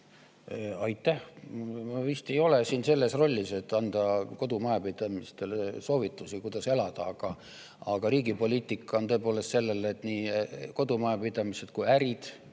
Aitäh! Ma vist ei ole sellises rollis, et anda kodumajapidamistele soovitusi, kuidas peaks elama. Aga riigi poliitika on tõepoolest selline, et nii kodumajapidamised kui ka ärid